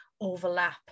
overlap